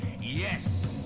yes